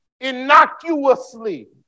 innocuously